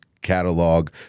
catalog